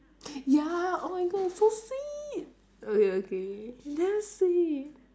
ya oh my god so sweet okay okay damn sweet